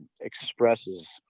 expresses